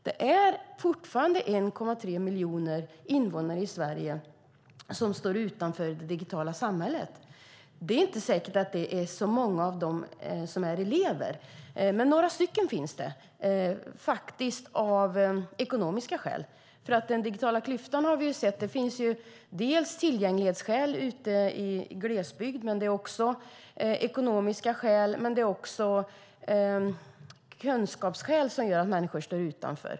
Det är fortfarande 1,3 miljoner invånare i Sverige som står utanför det digitala samhället. Det är inte säkert att det är så många av dem som är elever, men det finns faktiskt några som står utanför av ekonomiska skäl. Den digitala klyftan beror till exempel på, har vi sett, tillgänglighetsskäl i glesbygd, men det är också ekonomiska skäl och kunskapsskäl som gör att människor står utanför.